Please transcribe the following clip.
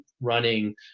running